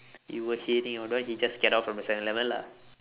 you were shading your boy he just get out from the seven eleven lah